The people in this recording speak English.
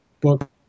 book